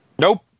Nope